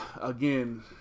Again